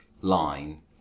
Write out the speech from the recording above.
line